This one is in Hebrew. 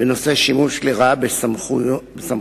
במענה לשאילתא שבנדון,